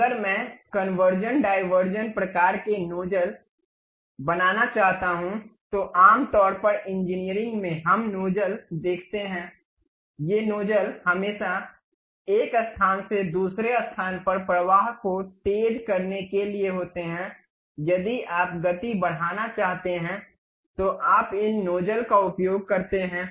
अगर मैं converging diverging प्रकार के नोजल बनाना चाहता हूं तो आमतौर पर इंजीनियरिंग में हम नोजल देखते हैं ये नोजल हमेशा एक स्थान से दूसरे स्थान पर प्रवाह को तेज करने के लिए होते हैं यदि आप गति बढ़ाना चाहते हैं तो आप इन नोजल का उपयोग करते हैं